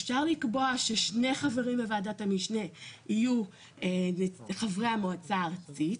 אפשר לקבוע ששני חברים בוועדת המשנה יהיו חברי המועצה הארצית,